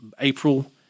April